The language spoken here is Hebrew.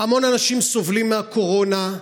המון אנשים סובלים מהקורונה.